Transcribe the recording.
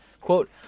Quote